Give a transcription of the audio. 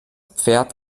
pferd